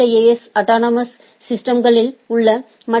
S autonomous சிஸ்டம்ஸ்களில் உள்ள மற்ற ஏ